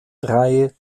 tatort